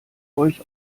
euch